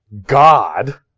God